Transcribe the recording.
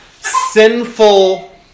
sinful